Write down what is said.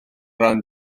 ran